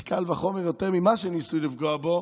קל וחומר יותר ממה שניסו לפגוע בו,